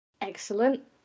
Excellent